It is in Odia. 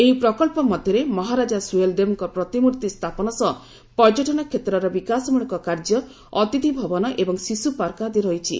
ଏହି ପ୍ରକଳ୍ପ ମଧ୍ୟରେ ମହାରାକା ସୁହେଲ୍ଦେବଙ୍କ ପ୍ରତିମ୍ଭି ସ୍ଥାପନ ସହ ପର୍ଯ୍ୟଟନ କ୍ଷେତ୍ରର ବିକାଶମଳକ କାର୍ଯ୍ୟ ଅତିଥିଭବନ ଏବଂ ଶିଶୁ ପାର୍କ ଆଦି ରହିଛି